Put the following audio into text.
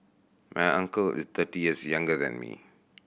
my uncle is thirty years younger than me